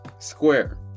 Square